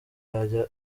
yajya